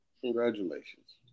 Congratulations